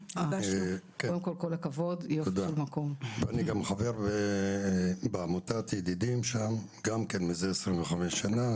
אני גם חבר בעמותת ידידים שם, גם כן מזה 25 שנה.